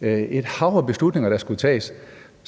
et hav af beslutninger, der skal tages,